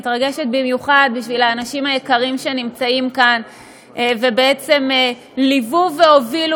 מתרגשת במיוחד בשביל האנשים היקרים שנמצאים כאן ובעצם ליוו והובילו,